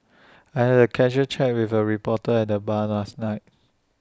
I had A casual chat with A reporter at the bar last night